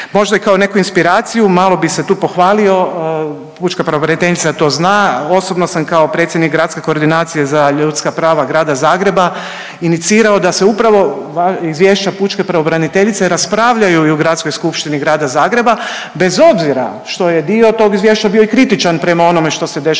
Možda kao i neku inspiraciju malo bi se tu pohvalio, pučka pravobraniteljica to zna, osobno sam kao predsjednik Gradske koordinacije za ljudska prava Grada Zagreba inicirao da se upravo izvješća pučke pravobraniteljice raspravljaju i u Gradskoj skupštini Grada Zagreba bez obzira što je dio tog izvješća bio i kritičan prema onome što se dešava